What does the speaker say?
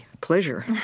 pleasure